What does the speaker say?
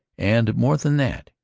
and, more than that,